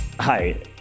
Hi